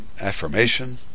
affirmation